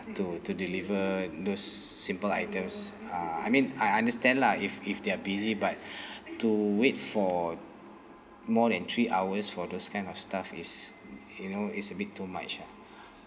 to to deliver those simple items uh I mean I understand lah if if they're busy but to wait for more than three hours for those kind of stuff is you know it's a bit too much ah